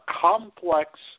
complex